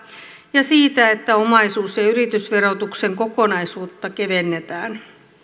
ja siitä että omaisuus ja yritysverotuksen kokonaisuutta kevennetään